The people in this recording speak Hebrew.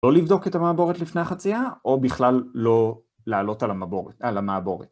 לא לבדוק את המעבורת לפני החצייה, או בכלל לא לעלות על המעבורת.